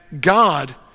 God